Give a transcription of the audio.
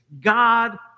God